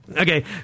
Okay